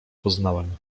poznałem